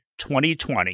2020